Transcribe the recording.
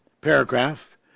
paragraph